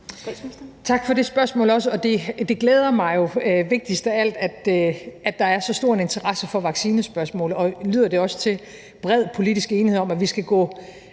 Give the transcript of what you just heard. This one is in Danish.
Tak for det spørgsmål. Det glæder mig jo vigtigst af alt, at der er så stor en interesse for vaccinespørgsmålet, og det lyder også til, at der er bred politisk enighed om, at vi skal gå